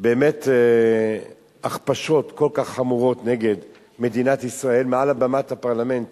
באמת הכפשות כל כך חמורות נגד מדינת ישראל מעל בימת הפרלמנט